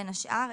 בין השאר,